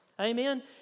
Amen